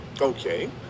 Okay